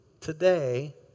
today